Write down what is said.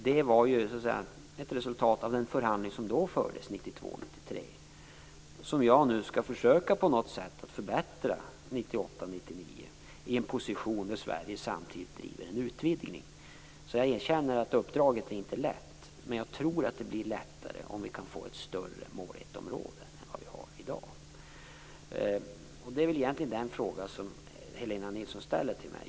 Det är ju ett resultat av den förhandling som fördes 1992 99, i en position där Sverige samtidigt driver en utvidgning. Jag erkänner att uppdraget inte är lätt. Men jag tror att det blir lättare om vi kan få ett större mål 1-område än vi har i dag. Det är egentligen den fråga som Helena Nilsson ställer till mig.